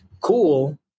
Cool